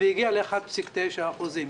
והגיע ל-1.9%.